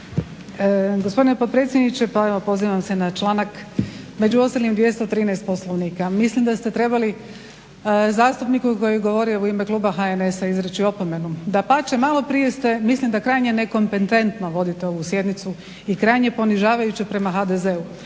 Gospodine potpredsjedniče. Pozivam se na članak među ostalim 213. Poslovnika. Mislim da ste trebali zastupniku koji je govorio u ime kluba HNS-a izreći opomenu. Dapače, malo prije ste mislim da je krajnje nekompetentno vodite ovu sjednicu i krajnje ponižavajuće prema HDZ-u.